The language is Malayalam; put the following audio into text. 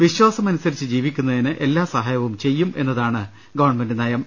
വിശ്വാസം അനുസരിച്ചു ജീവിക്കുന്നതിന് എല്ലാ സഹായവും ചെയ്യും എന്നതാണ് ഗവൺമെന്റ് നയം